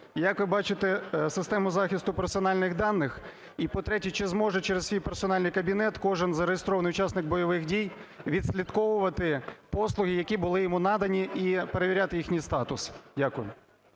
Як ви бачите систему захисту персональних даних? І по-третє, чи зможе через свій персональний кабінет кожен зареєстрований учасник бойових дій відслідковувати послуги, які були йому надані і перевіряти їхній статус? Дякую.